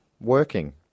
working